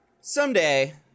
Someday